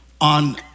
on